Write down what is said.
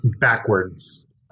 backwards